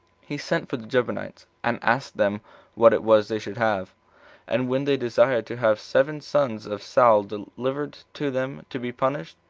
he sent for the gibeonites, and asked them what it was they should have and when they desired to have seven sons of saul delivered to them to be punished,